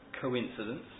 coincidence